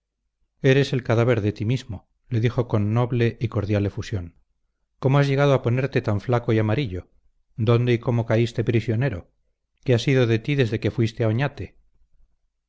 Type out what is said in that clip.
eres el cadáver de ti mismo le dijo con noble y cordial efusión cómo has llegado a ponerte tan flaco y amarillo dónde y cómo caíste prisionero qué ha sido de ti desde que fuiste a oñate